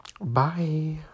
Bye